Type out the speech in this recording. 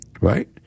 right